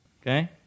Okay